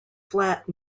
flat